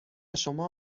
شما